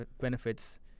benefits